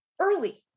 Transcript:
early